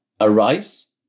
arise